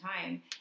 time